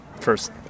first